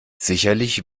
sicherlich